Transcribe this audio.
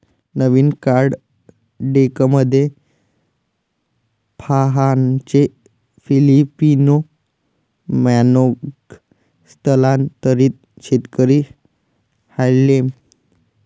नवीन card डेकमध्ये फाहानचे Filipino manong स्थलांतरित शेतकरी हार्लेम